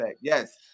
Yes